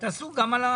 תעשו גם.